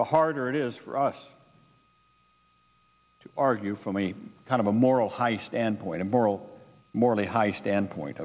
the harder it is for us to argue from the kind of a moral high standpoint a moral morally high standpoint